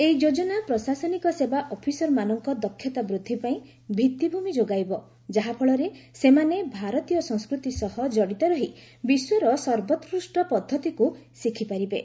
ଏହି ଯୋଜନା ପ୍ରଶାସନିକ ସେବା ଅଫିସରମାନଙ୍କ ଦକ୍ଷତା ବୃଦ୍ଧି ପାଇଁ ଭିତ୍ତିଭୂମି ଯୋଗାଇବ ଯାହାଫଳରେ ସେମାନେ ଭାରତୀୟ ସଂସ୍କୃତି ସହ କଡ଼ିତ ରହି ବିଶ୍ୱର ସର୍ବକୃଷ୍ଟ ପଦ୍ଧତିକୁ ଶିଖି ପାରିବେ